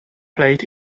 played